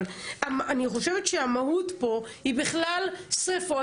אבל אני חושבת שהמהות פה היא בכלל שריפות